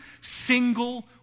single